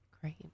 Great